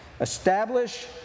Establish